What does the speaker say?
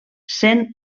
sent